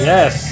Yes